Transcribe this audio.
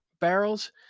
barrels